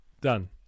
done